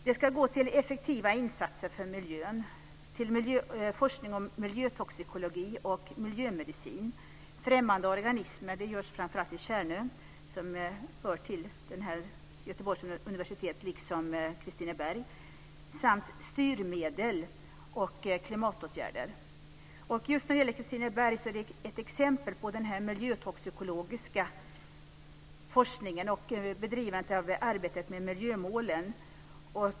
De ska gå till effektiva insatser för miljön, till forskning om miljötoxikologi och miljömedicin, till forskning kring främmande organismer som sker vid Tjärnölaboratoriet - som hör till Göteborgs universitet - liksom till Kristinebergs forskningsstation samt till styrmedel och klimatåtgärder. Kristineberg är ett exempel på den miljötoxikologiska forskningen och bedrivandet av arbetet med miljömålen.